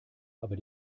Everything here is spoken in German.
aber